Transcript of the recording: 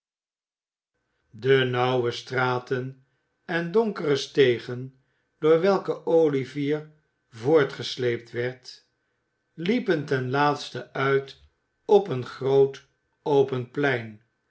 de nauwe straten en donkere stegen door welke olivier voortgesleept werd liepen ten laatste uit op een groot open plein